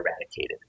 eradicated